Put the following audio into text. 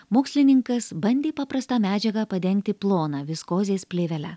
mokslininkas bandė paprastą medžiagą padengti plona viskozės plėvele